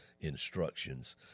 instructions